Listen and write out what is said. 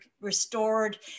restored